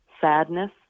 sadness